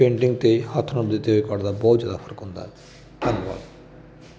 painting ਅਤੇ ਹੱਥ ਨਾਲ ਦਿੱਤੇ ਹੋਏ ਕਾਰਡ ਦਾ ਬਹੁਤ ਜ਼ਿਆਦਾ ਫ਼ਰਕ ਹੁੰਦਾ ਧੰਨਵਾਦ